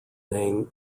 name